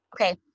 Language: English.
Okay